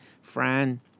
fran